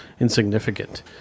insignificant